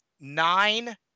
nine